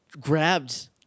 grabbed